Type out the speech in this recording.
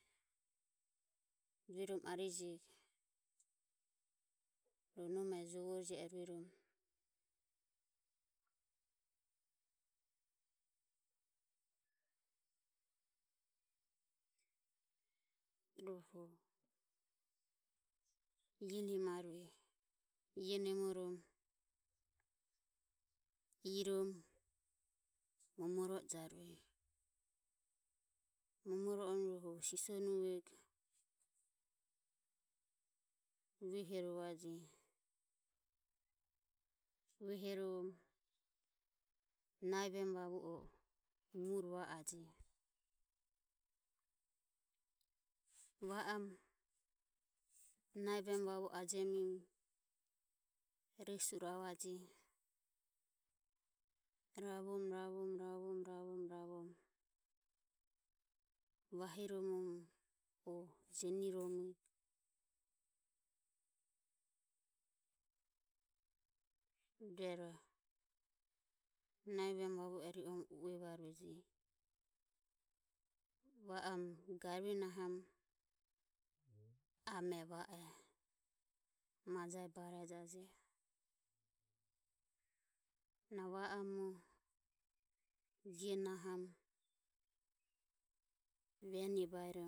Rueromo arijego nome jovore jie ero rueromo rohu ie nemarue ie nemoromo iromo momoro ojarueje. Momoro oromo rohu sisonuvego uehorovaje uehorovorom nahi vemu vavu o mure va ajeje. Va oromo nahi vemu vavue ajemirom resue ravaje ravom ravom ravom ravom ravom vahiromomo o jenirom rueroho nahi vemu vavuro ri orom uevarueje. Va om garue nahom amero va ejo. majae barejaje Na va om ie nahorom vene baerom